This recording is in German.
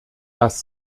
das